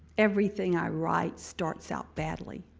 everything i write starts out badly.